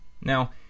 now